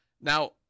Now